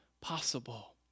possible